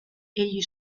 egli